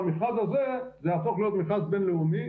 במכרז הזה זה יהפוך להיות מכרז בין-לאומי